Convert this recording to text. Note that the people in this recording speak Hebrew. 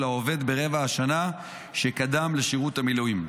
העובד ברבע השנה שקדם לשירות המילואים,